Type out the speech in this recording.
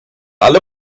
alle